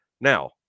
Now